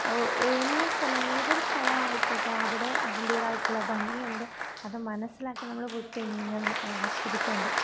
എല്ലാ സ്ഥലവും ഏതൊരു സ്ഥലം ആയിക്കോട്ടെ അവിടെ അതിൻറ്റേതായിട്ടുള്ള ഭംഗിയുണ്ട് അതു മനസ്സിലാക്കി നമ്മൾ പോയി കഴിഞ്ഞു കഴിഞ്ഞാൽ നമുക്കത് ആസ്വദിക്കാൻ പറ്റും